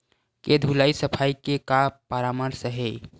के धुलाई सफाई के का परामर्श हे?